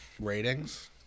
Ratings